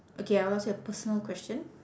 okay I will ask you a personal question